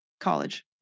college